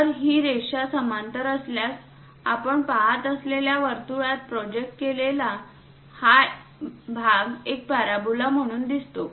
तर ही रेषा समांतर असल्यास आपण पाहत असलेल्या वर्तुळात प्रोजेक्ट केलेला हा भाग एक पॅराबोला म्हणून दिसतो